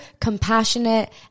compassionate